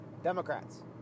Democrats